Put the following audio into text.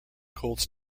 colts